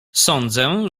sądzę